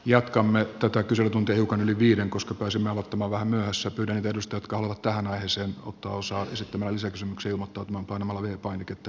jatkamme tätä kyselytuntia hieman yli viiden koska pääsimme aloittamaan vähän myöhässä köydenvedosta jotka ovat tähän aiheeseen tuossa esittämänsä xu xiumattoman panamalainen painiketta